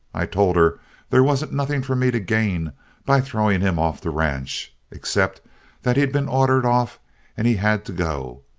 i told her there wasn't nothing for me to gain by throwing him off the ranch. except that he'd been ordered off and he had to go.